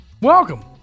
Welcome